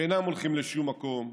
שאינם הולכים לשום מקום,